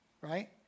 right